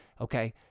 Okay